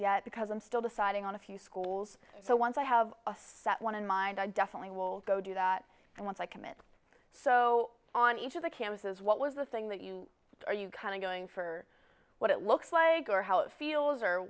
yet because i'm still deciding on a few schools so once i have a set one in mind i definitely will go do that and once i commit so on each of the campuses what was the thing that you are you kind of going for what it looks like or how it feels